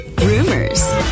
rumors